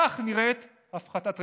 כך נראית הפחתת רגולציה,